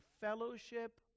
fellowship